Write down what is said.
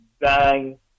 bang